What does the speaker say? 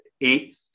eight